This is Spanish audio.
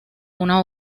una